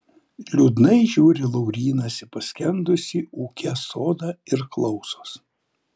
liūdnai žiūri laurynas į paskendusį ūke sodą ir klausos